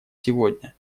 сегодня